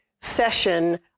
session